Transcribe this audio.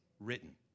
written